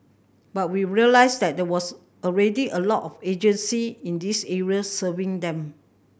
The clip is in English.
but we realised that there was already a lot of agency in this area serving them